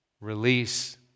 release